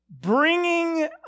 bringing